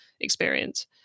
experience